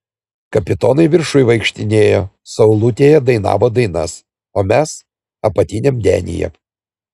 kapitonai viršuj vaikštinėjo saulutėje dainavo dainas o mes apatiniam denyje